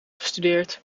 gestudeerd